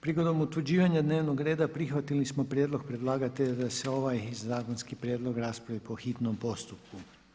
Prigodom utvrđivanja dnevnog reda prihvatili smo prijedlog predlagatelja da se ovaj zakonski prijedlog raspravi po hitnom postupku.